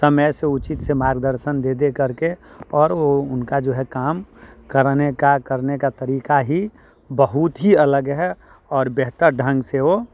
समय से उचित से मार्गदर्शन दे दे करके और वो उनका जो है काम करने का करने का तरीका ही बहुत ही अलग है और बेहतर ढंग से वो